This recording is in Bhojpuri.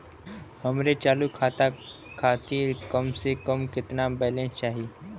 हमरे चालू खाता खातिर कम से कम केतना बैलैंस चाही?